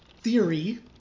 theory